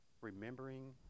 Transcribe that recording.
remembering